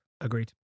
Agreed